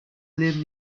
live